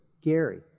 Gary